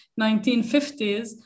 1950s